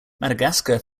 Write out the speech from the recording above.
madagascar